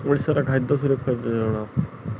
ଓଡ଼ିଶାର ଖାଦ୍ୟ ସୁରକ୍ଷା